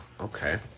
Okay